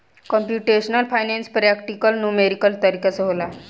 computational finance practical numerical तरीका से होला